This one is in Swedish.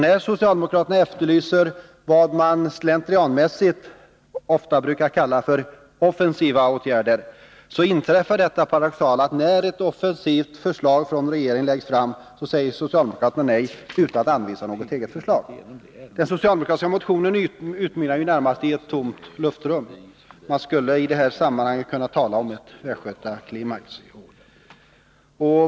När socialdemokraterna efterlyser vad man slentrianmässigt ofta brukar kalla för offensiva åtgärder, inträffar det paradoxala att då ett offensivt förslag läggs fram från regeringen säger socialdemokraterna nej utan att anvisa något eget förslag. Det som den socialdemokratiska motionen utmynnar i är närmast ett lufttomt rum. Man skulle i detta samanhang kunna tala om ett västgötaklimax.